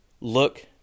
Look